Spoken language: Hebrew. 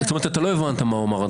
לא הבנת מה הוא אמר עד עכשיו?